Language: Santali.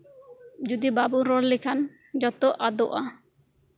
ᱡᱚᱫᱤ ᱵᱟᱵᱚ ᱨᱚᱲ ᱞᱮᱠᱷᱟᱱ ᱡᱚᱛᱚ ᱟᱫᱚᱜᱼᱟ